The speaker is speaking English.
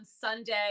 Sunday